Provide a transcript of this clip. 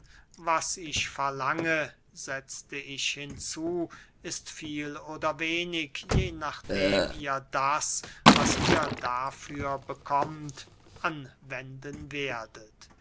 was ich verlange setzte ich hinzu ist viel oder wenig je nachdem ihr das was ihr dafür bekommt anwenden werdet